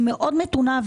שהיא מאוד מתונה.